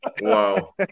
Wow